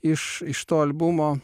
iš iš to albumo